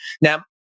Now